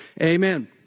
Amen